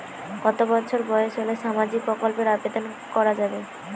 কত বছর বয়স হলে সামাজিক প্রকল্পর আবেদন করযাবে?